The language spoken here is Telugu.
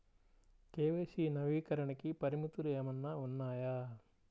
కే.వై.సి నవీకరణకి పరిమితులు ఏమన్నా ఉన్నాయా?